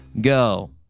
go